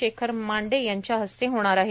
शेखर मांडे यांच्या हस्ते होणार आहे